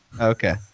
Okay